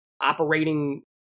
operating